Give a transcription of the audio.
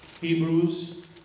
Hebrews